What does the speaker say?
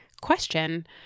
question